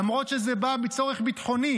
למרות שזה בא מצורך ביטחוני,